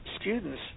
students